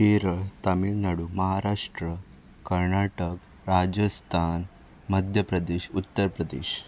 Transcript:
Kerala Tamil Nadu Maharashtra Karnataka Rajasthan Madhya Pradesh Uttar Pradesh